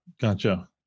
Gotcha